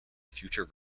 future